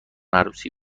عروسی